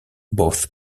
both